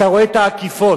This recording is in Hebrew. אתה רואה את העקיפות,